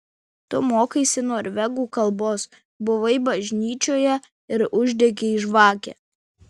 tu mokaisi norvegų kalbos buvai bažnyčioje ir uždegei žvakę